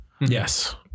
Yes